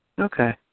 Okay